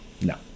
No